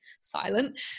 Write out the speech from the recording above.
silent